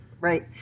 right